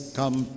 come